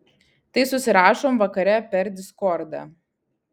tai susirašom vakare per diskordą